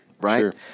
right